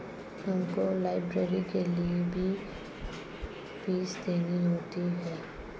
हमको लाइब्रेरी के लिए भी फीस देनी होती है